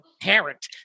parent